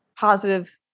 positive